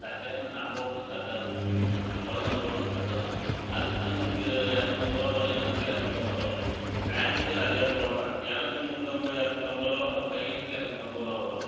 சட்டைன்ன நான் போடுறது சட்டை தான் அந்த குழந்த போடுறது சட்டை தான் அதுக்கும் நூற்றி இரநூத்தம்பது ரூவா வரும் எனக்கும் எரநூத்தம்பது ரூவா வரும் பேண்ட்டும் அதே போல் தான் எனக்கும் நூற்றம்பது இரநூத்தம்பது ரூவா வரும் பையனுக்கு இரநூத்தம்பது ரூவா வரும்